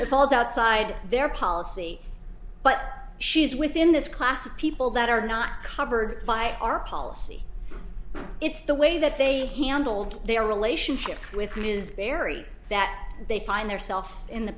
falls outside their policy but she is within this class of people that are not covered by our policy it's the way that they handled their relationship with ms berry that they find their self in the